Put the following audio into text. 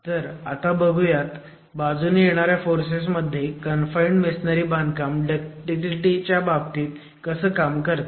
तर आता बघुयात बाजूने येणाऱ्या फोर्सेस मध्ये कन्फाईंड मेसोनारी बांधकाम डक्टिलिटी च्या बाबतीत कसं काम करते